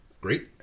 Great